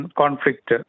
conflict